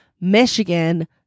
Michigan